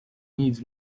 needs